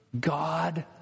God